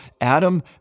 Adam